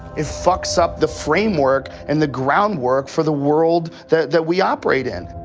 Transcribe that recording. it fucks up the framework and the groundwork for the world that that we operate in.